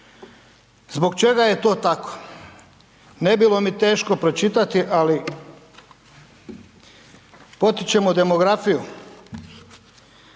Zbog čega je to tako? Ne bilo mi teško pročitati ali potičemo demografiju,